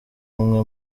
umwe